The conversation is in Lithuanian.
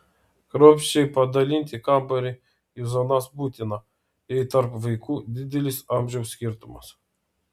kruopščiai padalinti kambarį į zonas būtina jei tarp vaikų didelis amžiaus skirtumas